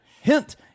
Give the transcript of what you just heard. Hint